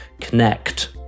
connect